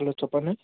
hello చెప్పండి